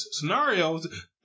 scenarios